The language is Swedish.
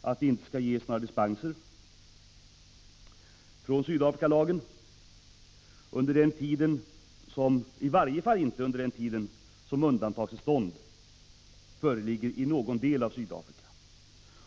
att det inte skall ges dispenser från investeringsförbudet i Sydafrikalagen, i varje fall inte under den tid som undantagstillstånd föreligger i någon del av Sydafrika.